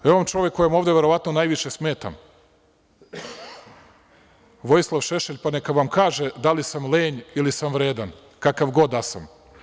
Evo vam čovek ovde, kome verovatno najviše smetam, Vojislav Šešelj, pa neka vam kaže da li sam lenj ili sam vredan, kakav god da sam.